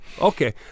Okay